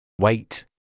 Wait